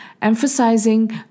emphasizing